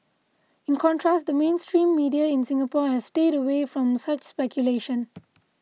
in contrast the mainstream media in Singapore has stayed away from such speculation